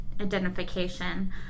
identification